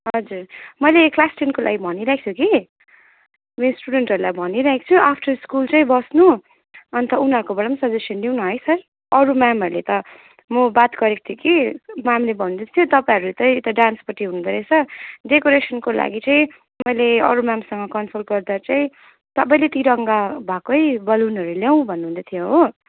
हजुर मैले क्लास टेनकोलाई भनिरहेको छु कि मेरो स्टुडेन्टहरूलाई भनिरहेको छु आफ्टर स्कुल चाहिँ बस्नु अन्त उनीहरूकोबाट पनि सजेसन लिऊँ न है सर अरू मेमहरूले त म बात गरेको थिएँ कि मेमले भन्दै थियो तपाईँहरू चाहिँ यता डान्सपट्टि हुनु हुँदो रहेछ डेकोरेसनको लागि चाहिँ मैले अरू मेमसँग कनसल्ट गर्दा चाहिँ सबले तिरङ्गा भएको बेलुनहरू ल्याऊँ भन्नु हुँदै थियो हो